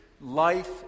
Life